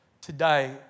today